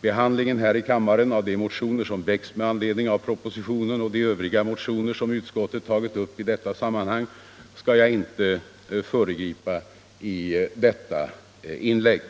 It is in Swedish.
Behandlingen här i kammaren av de motioner som väckts med anledning av propositionen och de övriga motioner som utskottet tagit upp i detta sammanhang skall jag inte föregripa i detta inlägg.